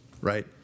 right